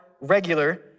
regular